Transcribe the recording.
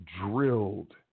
drilled